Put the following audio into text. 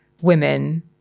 women